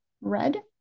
red